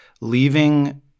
leaving